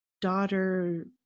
daughter